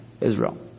Israel